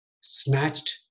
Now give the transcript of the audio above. snatched